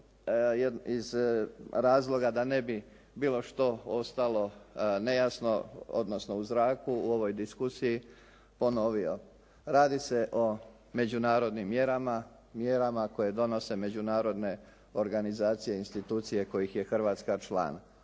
iz razloga da ne bi bilo što ostalo nejasno odnosno u zraku u ovoj diskusiji ponovio. Radi se o međunarodnim mjerama, mjerama koje donose međunarodne organizacije i institucije kojih je Hrvatska član.